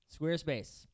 Squarespace